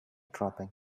dropping